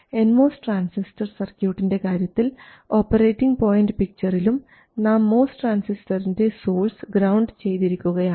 N MOS transistor സർക്യൂട്ടിൻറെ കാര്യത്തിൽ operating point പിക്ചറിലും നാം മോസ് ട്രാൻസിസ്റ്ററിൻറെ സോഴ്സ് ഗ്രൌണ്ട് ചെയ്തിരിക്കുകയാണ്